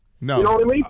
No